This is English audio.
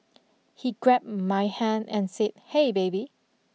he grabbed my hand and said hey baby